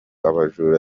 abajura